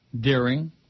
daring